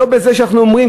לא בזה שאנחנו אומרים,